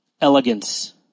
elegance